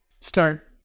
start